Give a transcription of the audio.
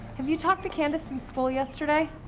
have you talked to candace in school yesterday?